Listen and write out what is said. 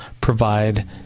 provide